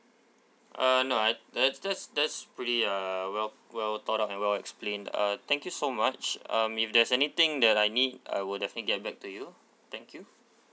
uh no I that's that's that's pretty uh well well taught out and well explained uh thank you so much um if there's anything that I need I will definitely get back to you thank you